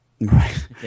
Right